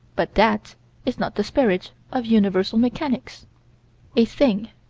but that is not the spirit of universal mechanics a thing.